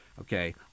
okay